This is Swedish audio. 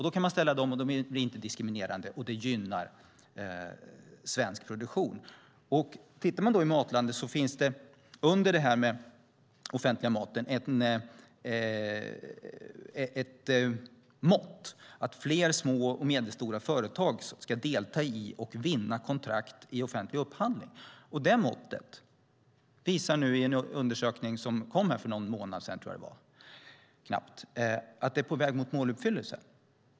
Då kan man ställa de kraven, de är inte diskriminerande, och det gynnar svensk produktion. Tittar man i Matlandet Sverige finns det under detta om den offentliga maten ett mått om att fler små och medelstora företag ska delta i och vinna kontrakt i offentlig upphandling. En undersökning som kom för knappt en månad sedan visar nu att det måttet är på väg mot måluppfyllelse.